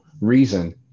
reason